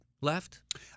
left